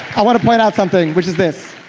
i want to point out something, which is this.